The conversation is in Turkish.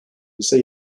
ise